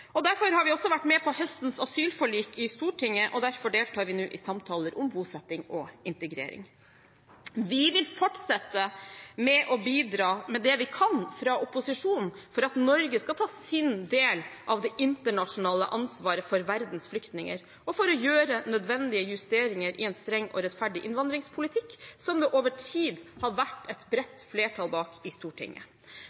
år. Derfor har vi også vært med på høstens asylforlik i Stortinget, og derfor deltar vi nå i samtaler om bosetting og integrering. Vi vil fortsette med å bidra med det vi kan fra opposisjon for at Norge skal ta sin del av det internasjonale ansvaret for verdens flyktninger, og for å gjøre nødvendige justeringer i en streng og rettferdig innvandringspolitikk, som det over tid har vært et bredt flertall bak i Stortinget.